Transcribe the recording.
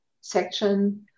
section